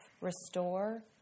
restore